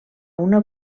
una